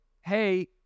hey